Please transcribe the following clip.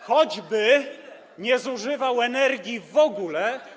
Choćby nie zużywał energii w ogóle.